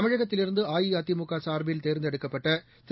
தமிழகத்திலிருந்துஅஇஅதிமுகசார்பில் தேர்ந்தெடுக்கப்பட்டதிரு